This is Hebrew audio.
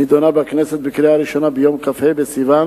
נדונה בכנסת בקריאה הראשונה ביום כ"ה בסיוון